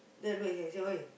then I look at him I say !oi!